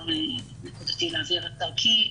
אפשר נקודתית להעביר דרכי,